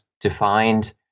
defined